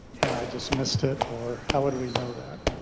and i just missed it? or how would we know that?